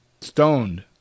stoned